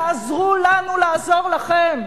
תעזרו לנו לעזור לכם,